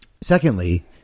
Secondly